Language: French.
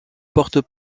portent